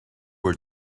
were